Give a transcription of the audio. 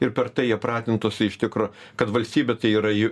ir per tai jie pratintųsi iš tikro kad valstybė tai yra ju